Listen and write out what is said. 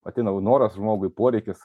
ateina jau noras žmogui poreikis